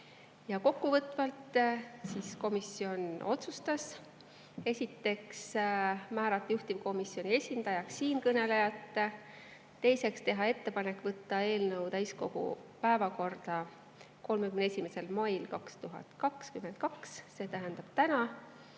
Kokkuvõtvalt, komisjon otsustas esiteks määrata juhtivkomisjoni esindajaks siinkõneleja; teiseks teha ettepanek võtta eelnõu täiskogu päevakorda 31. mail 2022, see tähendab täna;